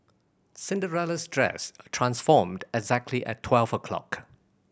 Cinderella's dress transformed exactly at twelve o'clock